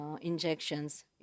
injections